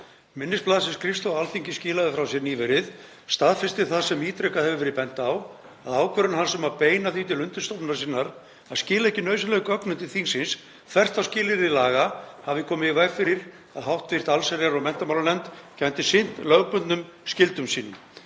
Minnisblað sem skrifstofa Alþingis skilaði frá sér nýverið staðfesti það sem ítrekað hefur verið bent á, að ákvörðun hans um að beina því til undirstofnunar sinnar að skila ekki nauðsynlegum gögnum til þingsins, þvert á skilyrði laga, hafi komið í veg fyrir að hv. allsherjar- og menntamálanefnd gæti sinnt lögbundnum skyldum sínum.